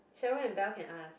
Cheryl and Belle can ask